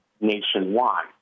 nationwide